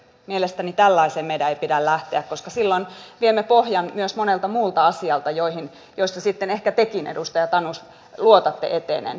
mielestäni tällaiseen meidän ei pidä lähteä koska silloin viemme pohjan myös monelta muulta asialta joissa sitten ehkä tekin edustaja tanus luotatte etenen sanaan